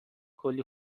کلی